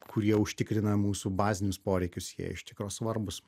kurie užtikrina mūsų bazinius poreikius jie iš tikro svarbūs